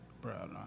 bro